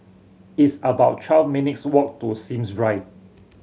it's about twelve minutes' walk to Sims Drive